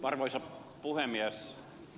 arvoisa puhemies